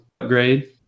Upgrade